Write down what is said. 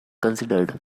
considered